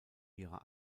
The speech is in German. ihrer